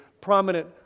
prominent